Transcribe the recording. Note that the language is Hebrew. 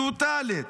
טוטלית.